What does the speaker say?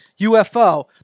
UFO